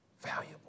Valuable